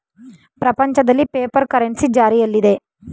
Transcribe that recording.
ಪ್ರಪಂಚದಲ್ಲಿ paper currency ಜಾರಿಯಲ್ಲಿದೆ